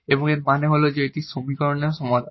এবং এর মানে হল যে এটি সমীকরণের সমাধান